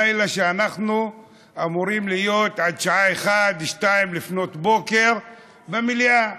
לילה שאנחנו אמורים להיות בו עד שעה 01:00 02:00 במליאה.